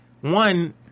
one